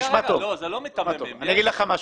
אני אגיד לך משהו.